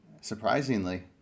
surprisingly